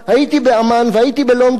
הייתי בעמאן והייתי בלונדון,